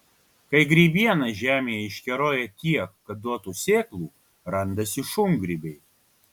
kai grybiena žemėje iškeroja tiek kad duotų sėklų randasi šungrybiai